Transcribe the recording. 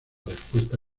respuesta